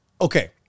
Okay